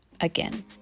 again